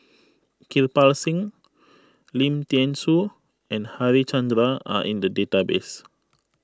Kirpal Singh Lim thean Soo and Harichandra are in the database